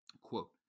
Quote